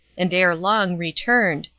and ere long returned,